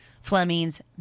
Fleming's